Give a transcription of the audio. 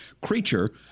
creature